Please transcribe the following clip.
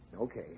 Okay